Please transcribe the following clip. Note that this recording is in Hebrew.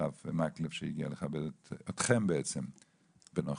הרב מקלב, שהגיע לכבד אתכם בנוכחותו.